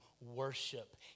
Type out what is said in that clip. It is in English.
worship